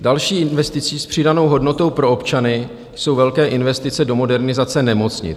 Další investicí s přidanou hodnotou pro občany jsou velké investice do modernizace nemocnic.